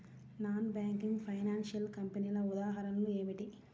Non banking financial కంపెనీల ఉదాహరణలు ఏమిటి?